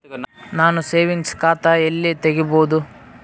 ನಾನು ಸೇವಿಂಗ್ಸ್ ಖಾತಾ ಎಲ್ಲಿ ತಗಿಬೋದು?